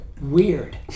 Weird